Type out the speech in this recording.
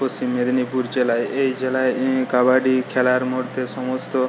পশ্চিম মেদিনীপুর জেলায় এই জেলায় কাবাডি খেলার মধ্যে সমস্ত